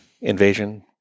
invasion